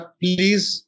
please